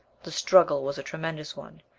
the struggle was a tremendous one,